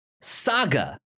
saga